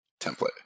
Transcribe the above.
template